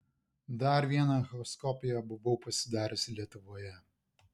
dar vieną echoskopiją buvau pasidariusi lietuvoje